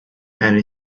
and